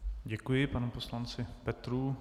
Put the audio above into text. Děkuji panu poslanci Petrů.